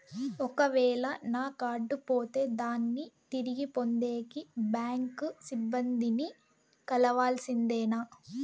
ఒక వేల నా కార్డు పోతే దాన్ని తిరిగి పొందేకి, బ్యాంకు సిబ్బంది ని కలవాల్సిందేనా?